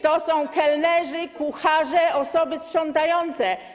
To są kelnerzy, kucharze, osoby sprzątające.